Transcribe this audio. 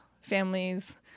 families